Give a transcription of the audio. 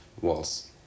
walls